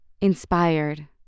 inspired